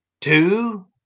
Two